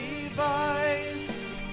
device